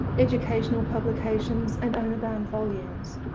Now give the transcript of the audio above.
educational publications and owner bound volumes.